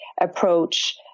approach